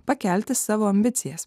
pakelti savo ambicijas